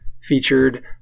featured